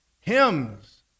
Hymns